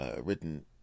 written